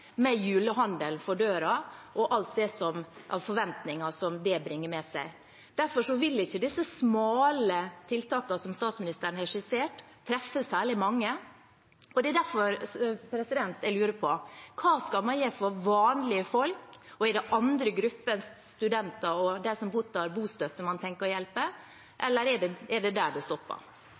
med julehandelen for døra og alt av forventninger som det bringer med seg. Derfor vil ikke disse smale tiltakene som statsministeren har skissert, treffe særlig mange, og det er derfor jeg lurer på: Hva skal man gjøre for vanlige folk? Er det andre grupper enn studenter og dem som mottar bostøtte man tenker å hjelpe, eller er det der det stopper?